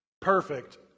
perfect